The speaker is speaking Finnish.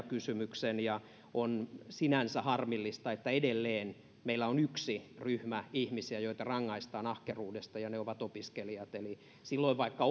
kysymyksen ja on sinänsä harmillista että edelleen meillä on yksi ryhmä ihmisiä jota rangaistaan ahkeruudesta ja se on opiskelijat eli vaikka